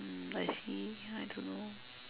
mm I see I don't know